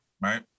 right